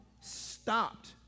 stopped